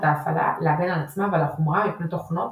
ההפעלה להגן על עצמה ועל החומרה מפני תוכנות